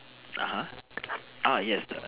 (uh huh) uh yes the